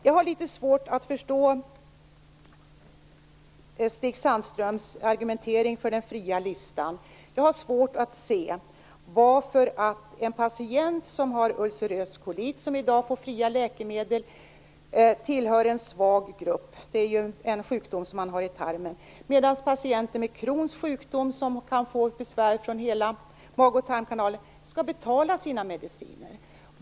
Jag har litet svårt att förstå Stig Sandströms argumentering för den fria listan. Jag har svårt att se varför en patient som har ulcerös kolit, en tarmsjukdom, och i dag får fria läkemedel skulle tillhöra en svag grupp medan patienter med Crohns sjukdom, som kan få besvär från mag och tarmkanalen, skall betala sina mediciner.